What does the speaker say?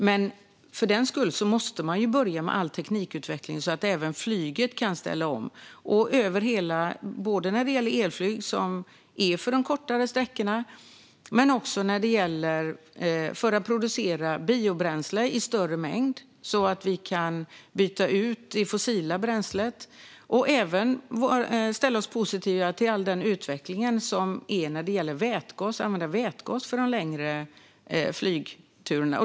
Man måste börja med teknikutveckling så att även flyget kan ställa om, både när det gäller elflyg för kortare sträckor och för att producera biobränsle i större mängd, så att vi kan byta ut det fossila bränslet. Vi ställer oss även positiva till all den utveckling som sker när det gäller vätgas och att använda vätgas för de längre flygturerna.